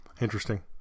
Interesting